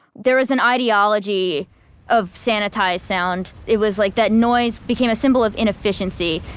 there is an ideology of sanitized sound. it was like that noise became a symbol of inefficiency.